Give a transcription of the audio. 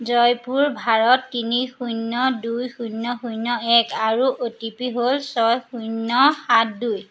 জয়পুৰ ভাৰত তিনি শূন্য দুই শূন্য শূন্য এক আৰু অ' টি পি হ'ল ছয় শূন্য সাত দুই